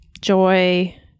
joy